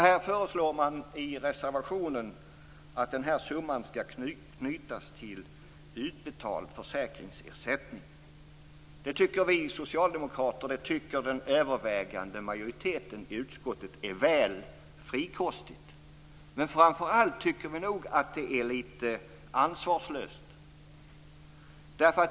Här föreslår man i reservationen att den summan skall knytas till utbetald försäkringsersättning. Det tycker vi socialdemokrater och det tycker den övervägande majoriteten i utskottet är väl frikostigt. Men framför allt tycker vi nog att det är litet ansvarslöst.